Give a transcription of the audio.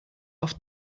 auf